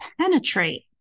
penetrate